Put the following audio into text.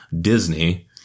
Disney